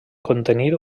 contenir